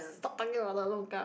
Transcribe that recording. stop talking about the longkang